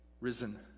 risen